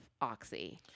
oxy